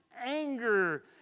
anger